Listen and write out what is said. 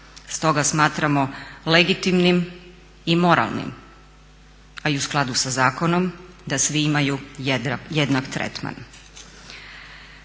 Stoga smatramo legitimnim i moralnim, a i u skladu sa zakonom da svi imaju jednak tretman.